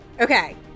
Okay